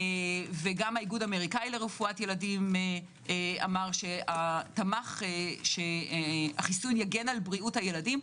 וגם האיגוד האמריקאי לרפואת ילדים תמך שהחיסון יגן על בריאות הילדים.